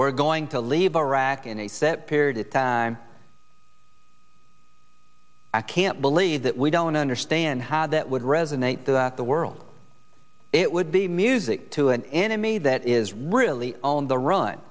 we're going to leave iraq in a set period of time i can't believe that we don't understand how that would resonate throughout the world it would be music to an enemy that is really on the run